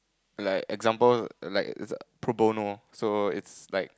like example like there's a pro bono so it's like